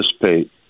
participate